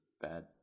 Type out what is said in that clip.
bad